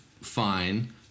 fine